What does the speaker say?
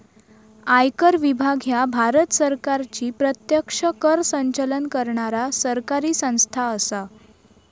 आयकर विभाग ह्या भारत सरकारची प्रत्यक्ष कर संकलन करणारा सरकारी संस्था असा